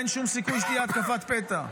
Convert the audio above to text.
אין שום סיכוי שתהיה התקפת פתע.